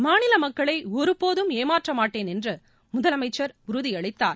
மாநில மக்களை ஒருபோதும் ஏமாற்றமாட்டேன் என்று முதலமைச்சர் உறுதியளித்தார்